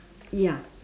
ya